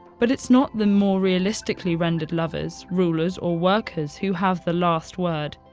but it's not the more realistically rendered lovers, rulers or workers who have the last word,